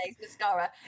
mascara